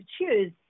choose